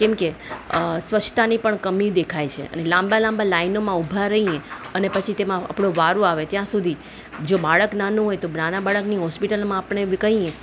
કેમ કે સ્વચ્છતાની પણ કમી દેખાય છે અને લાંબા લાંબા લાઇનમાં ઊભા રહીએ અને પછી તેમાં આપણો વારો આવે ત્યાં સુધી જો બાળક નાનું હોય તો નાના બાળકની હોસ્પિટલમાં આપણે કહીએ તો